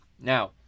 Now